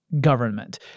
government